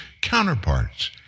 counterparts